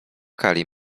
kali